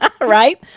right